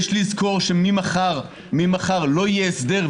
יש לזכור שממחר לא יהיה הסדר,